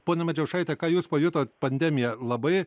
pone madžiaušaite ką jūs pajutot pandemiją labai